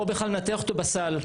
או בכלל לנתח אותו בסל.